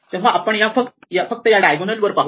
तेव्हा आपण फक्त या डायगोनल वर पाहू